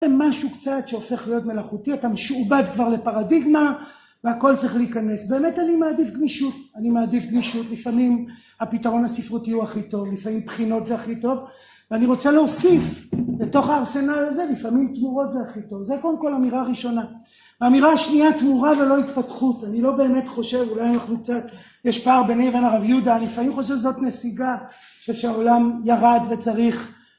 משהו קצת שהופך להיות מלאכותי, אתה משעובד כבר לפרדיגמה והכל צריך להיכנס. באמת אני מעדיף גמישות, אני מעדיף גמישות, לפעמים הפתרון הספרותי הוא הכי טוב, לפעמים בחינות זה הכי טוב, ואני רוצה להוסיף לתוך הארסנל הזה, לפעמים תמורות זה הכי טוב, זה קודם כל אמירה ראשונה. האמירה השנייה תמורה ולא התפתחות, אני לא באמת חושב, אולי אנחנו קצת, יש פער ביני לבין הרב יהודה, אני לפעמים חושב שזאת נסיגה, אני חושב שהעולם ירד וצריך